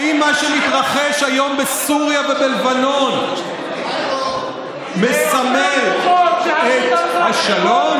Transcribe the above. האם מה שמתרחש היום בסוריה ובלבנון מסמל את השלום?